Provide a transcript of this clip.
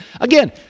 again